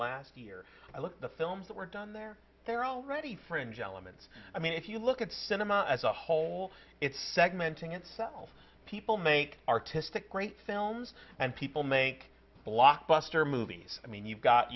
last year i look at the films that were done there they're already fringe elements i mean if you look at cinema as a whole it's segmenting itself people make artistic great films and people make blockbuster movies i mean you've got